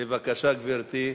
בבקשה, גברתי.